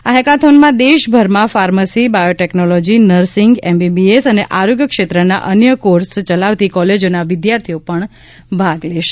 આ હેકાથોનમાં દેશભરમાં ફાર્મસી બાયોટેકનોલોજી નીસિંગ એમબીબીએસ અને આરોગ્ય ક્ષેત્રના અન્ય કોર્સ ચલાવતી કૉલેજોના વિદ્યાર્થીઓ ભાગ લેશે